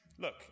Look